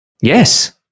Yes